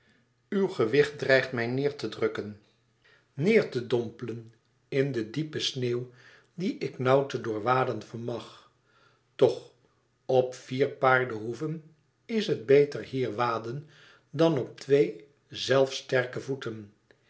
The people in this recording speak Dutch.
uw gewicht dreigt mij neêr te drukken neêr te dompelen in de diepe sneeuw die ik nauw te doorwaden vermag toch op vier paardenhoeven is het beter hier waden dan op twee zelfs sterke voeten